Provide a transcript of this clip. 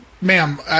ma'am